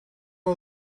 een